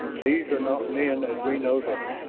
these are not men as we know them,